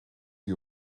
die